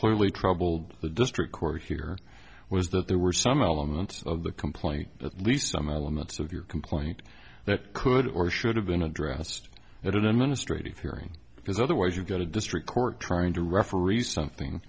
clearly troubled the district court here was that there were some elements of the complaint at least some elements of your complaint that could or should have been addressed at an administrator's hearing because otherwise you go to district court trying to referee something